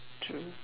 true